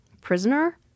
prisoner